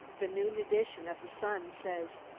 the noon edition of the sun says,